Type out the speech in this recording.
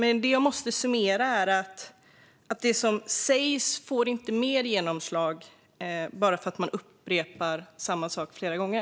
Men jag måste summera genom att säga att det som sägs inte får mer genomslag bara för att man upprepar samma sak flera gånger.